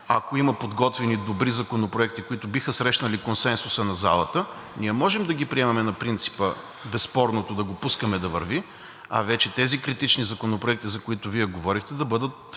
ако има подготвени добри законопроекти, които биха срещнали консенсуса на залата, ние можем да ги приемаме на принципа безспорното да го пускаме да върви, а вече тези критични законопроекти, за които Вие говорихте, да бъдат